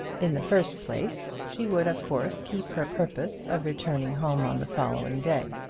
in the first place, she would of course keep her purpose of returning home on the following day.